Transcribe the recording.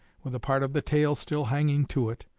with a part of the tail still hanging to it,